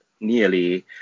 nearly